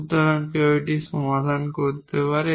সুতরাং কেউ এটি সমাধান করতে পারে